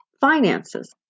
finances